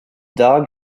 dog